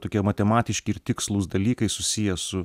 tokie matematiški ir tikslūs dalykai susiję su